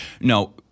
no